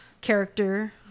character